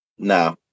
No